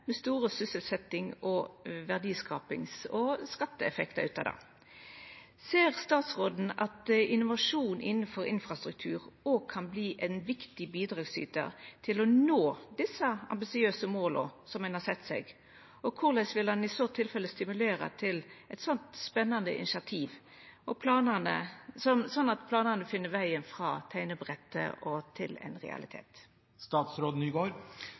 med store sysselsetjings-, verdiskapings- og skatteeffektar. Ser statsråden at innovasjon innanfor infrastruktur òg kan verta ein viktig bidragsytar til å nå desse ambisiøse måla ein har sett seg? Og korleis vil han i så fall stimulera til eit slikt spennande initiativ, slik at planane finn vegen frå teiknebrettet til ein realitet?